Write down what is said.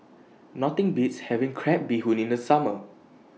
Nothing Beats having Crab Bee Hoon in The Summer